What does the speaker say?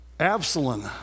Absalom